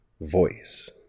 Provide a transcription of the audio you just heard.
voice